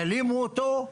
העלימו אותו.